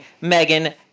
Megan